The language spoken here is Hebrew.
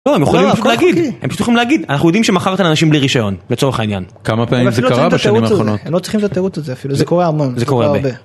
הם פשוט יכולים אנחנו יודעים שמכרתם אנשים בלי רישיון לצורך העניין. כמה פעמים זה קרה בשנים האחרונות? הם לא צריכים את התירוץ הזה זה קורה המון זה קורה הרבה.